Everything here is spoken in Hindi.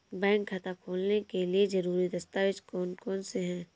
बैंक खाता खोलने के लिए ज़रूरी दस्तावेज़ कौन कौनसे हैं?